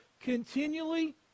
continually